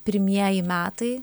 pirmieji metai